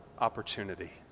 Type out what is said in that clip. opportunity